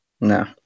no